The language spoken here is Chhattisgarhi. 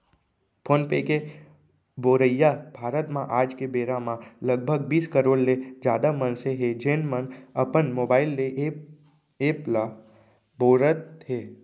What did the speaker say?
फोन पे के बउरइया भारत म आज के बेरा म लगभग बीस करोड़ ले जादा मनसे हें, जेन मन अपन मोबाइल ले ए एप ल बउरत हें